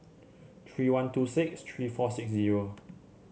three one two six three four six zero